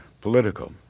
political